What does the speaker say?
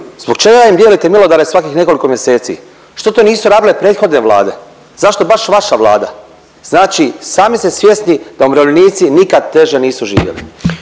Zbog čega im dijelite milodare svakih nekoliko mjeseci. Što to nisu radile prethodne Vlade? Zašto baš vaša Vlada? Znači sami ste svjesni da umirovljenici nikad teže nisu živjeli.